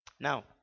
Now